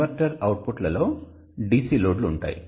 converter అవుట్పుట్లలో DC లోడ్లు ఉంటాయి